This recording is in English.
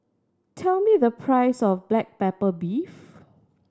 tell me the price of black pepper beef